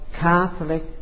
Catholic